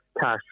cash